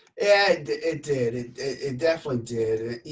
and it did. it definitely did